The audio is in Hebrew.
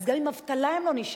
אז גם עם דמי אבטלה הם לא נשארים,